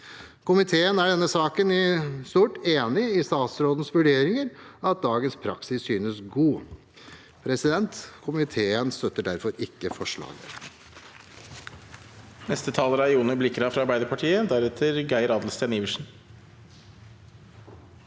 Komiteen er i denne saken i stort enig i statsrådens vurderinger av at dagens praksis synes god. Komiteen støtter derfor ikke forslaget.